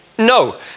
No